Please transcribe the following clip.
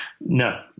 No